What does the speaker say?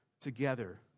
together